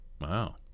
wow